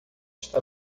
está